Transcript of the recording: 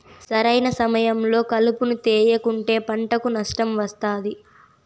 సరైన సమయంలో కలుపును తేయకుంటే పంటకు నష్టం వస్తాది